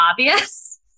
obvious